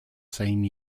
same